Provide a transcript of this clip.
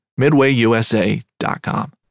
MidwayUSA.com